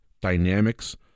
dynamics